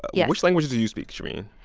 yeah which languages do you speak, shereen?